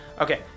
Okay